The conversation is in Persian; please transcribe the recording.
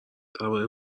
درباره